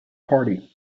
party